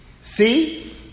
See